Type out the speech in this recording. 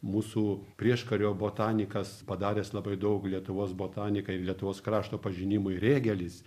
mūsų prieškario botanikas padaręs labai daug lietuvos botanikai lietuvos krašto pažinimui rėgelis